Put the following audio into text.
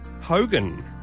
Hogan